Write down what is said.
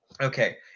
Okay